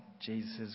Jesus